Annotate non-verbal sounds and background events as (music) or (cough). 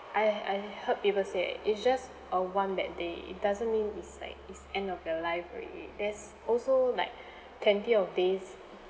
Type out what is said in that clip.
I I heard people say it's just a one bad day it doesn't mean it's like it's end of your life already there's also like (breath) plenty of days